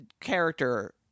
character